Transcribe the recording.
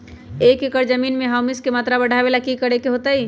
एक एकड़ जमीन में ह्यूमस के मात्रा बढ़ावे ला की करे के होतई?